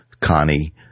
Connie